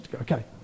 Okay